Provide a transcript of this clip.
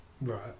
Right